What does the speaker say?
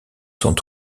sont